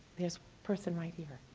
this person right here.